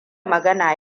magana